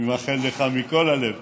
אני מאחל לך מכל הלב